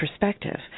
perspective